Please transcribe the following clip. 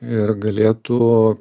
ir galėtų